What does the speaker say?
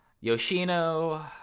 Yoshino